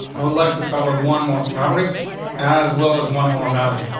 i would like to cover one more property as well as one more value.